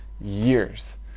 years